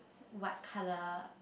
what colour